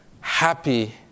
happy